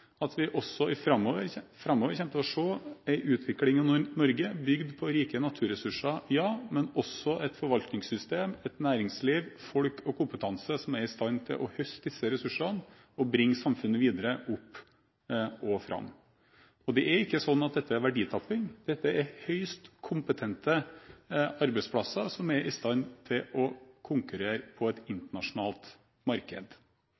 tror vi også framover kommer til å se en utvikling i Norge, bygd på rike naturressurser, men også et forvaltningssystem, et næringsliv, folk og kompetanse, som er i stand til å høste disse ressursene og bringe samfunnet videre opp og fram. Dette er ikke verditapping. Dette er høyst kompetente arbeidsplasser, som er i stand til å konkurrere på et internasjonalt marked.